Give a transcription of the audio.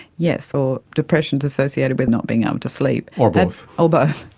yes, or depression is associated with not being able to sleep. or both. or both.